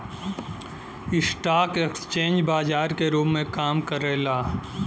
stock exchange बाजार के रूप में काम करला